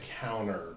counter